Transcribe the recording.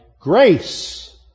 grace